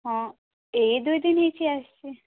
ହଁ ଏଇ ଦୁଇ ଦିନ ହେଇଛି ଆସିଛି